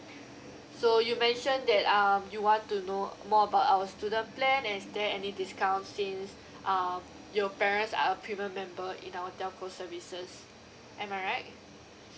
so you mentioned that um you want to know uh more about our student plan and is there any discount since uh your parents are premium member in our telco services am I right